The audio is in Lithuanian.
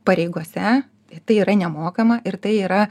pareigose tai yra nemokama ir tai yra